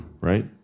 right